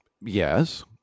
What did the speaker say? yes